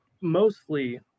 mostly